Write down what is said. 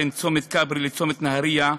בין צומת כברי לצומת נהריה,